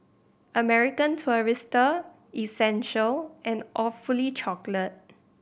American Tourister Essential and Awfully Chocolate